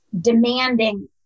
demanding